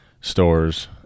stores